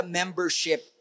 membership